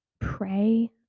pray